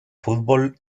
fútbol